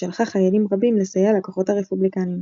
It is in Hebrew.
ששלחה חיילים רבים לסייע לכוחות הרפובליקניים.